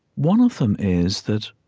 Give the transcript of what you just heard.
one of them is that